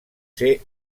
ser